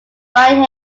bright